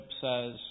says